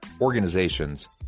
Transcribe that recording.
organizations